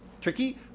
tricky